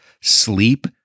sleep